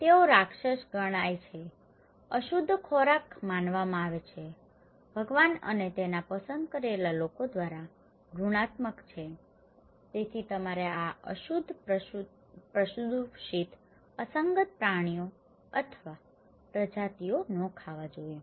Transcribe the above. તેઓ રાક્ષસ ગણાય છે અશુદ્ધ ખોરાક માનવામાં આવે છે ભગવાન અને તેના પસંદ કરેલા લોકો દ્વારા ઘૃણાસ્પદ છે તેથી તમારે આ અશુદ્ધ પ્રદૂષિત અસંગત પ્રાણીઓ અથવા પ્રજાતિઓ ન ખાવા જોઈએ